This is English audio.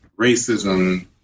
racism